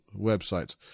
websites